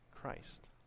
Christ